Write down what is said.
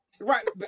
right